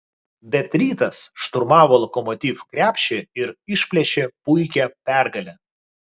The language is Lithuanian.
bet rytas šturmavo lokomotiv krepšį ir išplėšė puikią pergalę